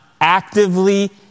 actively